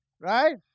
Right